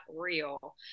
real